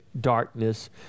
darkness